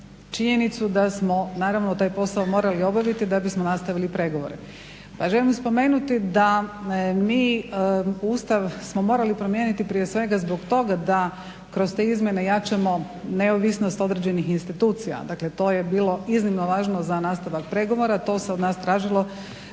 činjenicu da smo naravno taj posao morali obaviti da bismo nastavili pregovore. Pa želim spomenuti da mi Ustav smo morali promijeniti prije svega zbog toga da kroz te izmjene jačamo neovisnost određenih institucija, dakle to je bilo iznimno važno za nastavak pregovora, to se od nas tražilo.